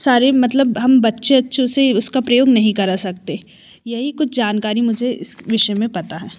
सारे मतलब हम बच्चे ओच्चों से उसका प्रयोग नहीं करा सकते यही कुछ जानकारी मुझे इस विषय में पता है